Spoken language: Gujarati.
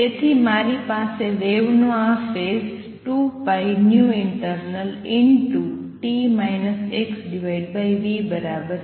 તેથી મારી પાસે વેવનો આ ફેઝ 2πinternalt xv બરાબર છે